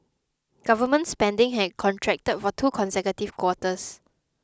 government spending had contracted for two consecutive quarters